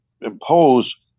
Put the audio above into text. impose